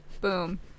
Boom